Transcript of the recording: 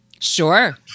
Sure